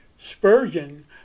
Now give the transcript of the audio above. Spurgeon